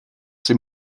ces